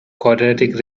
quadratic